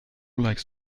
like